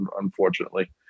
Unfortunately